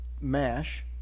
mash